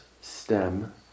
stem